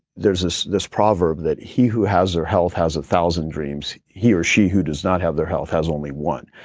there's this this proverb that he who has their health has one thousand dreams, he or she who does not have their health has only one.